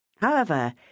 However